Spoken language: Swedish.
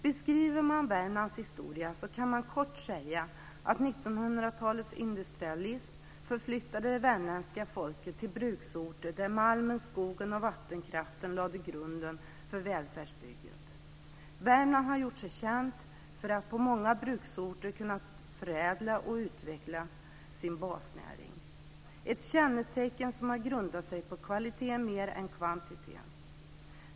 Beskriver man Värmlands historia kan man kort säga att 1900-talets industrialism förflyttade det värmländska folket till bruksorter där malmen, skogen och vattenkraften lade grunden för välfärdsbygget. Värmland har gjort sig känt för att på många bruksorter kunna förädla och utveckla sin basnäring, ett kännetecken som har grundat sig på kvalitet mer än kvantitet.